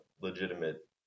legitimate